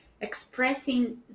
expressing